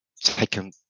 taken